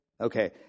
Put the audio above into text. Okay